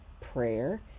prayer